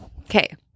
Okay